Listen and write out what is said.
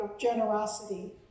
generosity